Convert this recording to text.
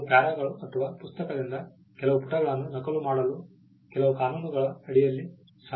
ಕೆಲವು ಪ್ಯಾರಾಗಳು ಅಥವಾ ಪುಸ್ತಕದಿಂದ ಕೆಲವು ಪುಟಗಳನ್ನು ನಕಲು ಮಾಡಲು ಕೆಲವು ಕಾನೂನುಗಳ ಅಡಿಯಲ್ಲಿ ಸಂಬಂಧಿಸಲಾಗುತ್ತದೆ